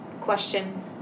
question